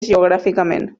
geogràficament